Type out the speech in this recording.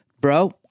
Bro